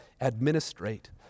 administrate